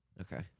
Okay